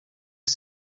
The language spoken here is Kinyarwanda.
the